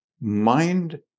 mind